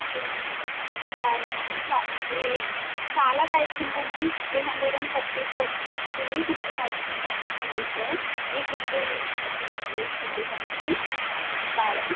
చేస్తున్నాయి అండి పచ్చికారం ఇంకా ఏ చాలా టైప్స్ ఉంటాయి ma'am three hundred and thirty four chillies ఉంటాయి టైప్స్ ఉంటాయి అంట చిల్లీస్లో ఇవి గుంటూరు స్పెషల్ అండి చిల్లీస్ అనేవి బాగా